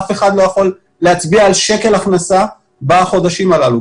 אף אחד לא יכול להצביע על שקל הכנסה בחודשים הללו,